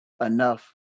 enough